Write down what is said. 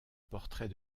portrait